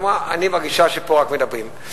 היא אמרה: אני מרגישה שפה רק מדברים.